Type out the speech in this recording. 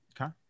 Okay